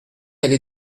allée